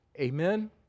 Amen